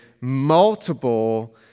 multiple